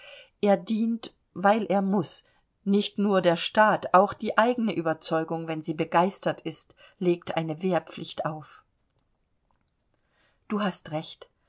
er dient weil er muß nicht nur der staat auch die eigene überzeugung wenn sie begeistert ist legt eine wehrpflicht auf du hast recht